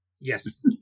Yes